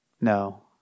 No